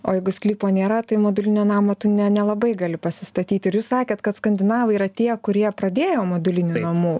o jeigu sklypo nėra tai modulinio namo tu ne nelabai gali pasistatyti ir jūs sakėt kad skandinavai yra tie kurie pradėjo modulinių namų